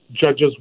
judges